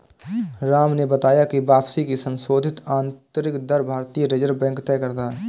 राम ने बताया की वापसी की संशोधित आंतरिक दर भारतीय रिजर्व बैंक तय करता है